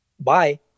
Bye